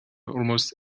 almost